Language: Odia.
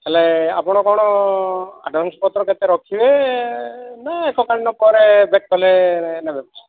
ହେଲେ ଆପଣ କ'ଣ ଆଡଭାନ୍ସ ପତ୍ର କେତେ ରଖିବେ ନା ଏକକାଳୀନ ପରେ ବ୍ୟାକ୍ କଲେ ନେବେ